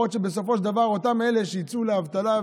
יכול להיות שבסופו של דבר אותם אלה שיצאו לאבטלה,